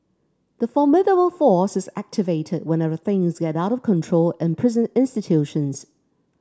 the formidable force is activated whenever things get out of control in prison institutions